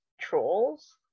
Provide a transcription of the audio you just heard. trolls